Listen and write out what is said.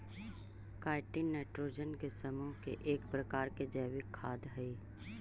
chitin nitrogen के समूह के एक प्रकार के जैविक खाद हई